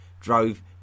drove